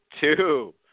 Two